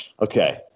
Okay